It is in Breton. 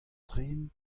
tren